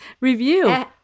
review